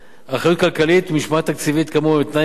אחריות כלכלית ומשמעת תקציבית כאמור הן תנאי הכרחי